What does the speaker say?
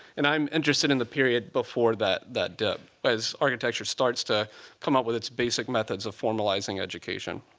and i'm interested in the period before that that dip, as architecture starts to come up with its basic methods of formalizing education.